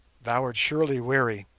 thou art surely weary.